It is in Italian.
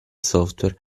software